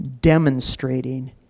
demonstrating